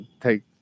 take